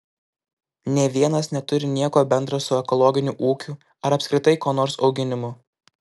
nė vienas neturi nieko bendra su ekologiniu ūkiu ar apskritai ko nors auginimu